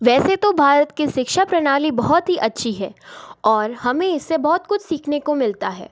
वैसे तो भारत की शिक्षा प्रणाली बहुत ही अच्छी है और हमें इसे बहुत कुछ सीखने को मिलता है